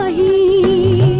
ah e